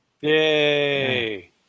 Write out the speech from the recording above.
Yay